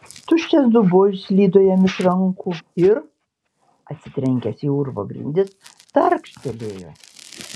tuščias dubuo išslydo jam iš rankų ir atsitrenkęs į urvo grindis tarkštelėjo